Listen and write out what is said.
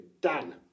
Dan